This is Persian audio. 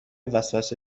وسوسه